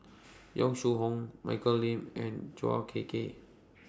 Yong Shu Hoong Michelle Lim and Chua Ek Kay